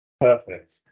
Perfect